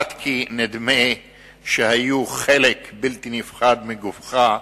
עד כי נדמה שהיו חלק בלתי נפרד מגופך,